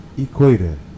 Equator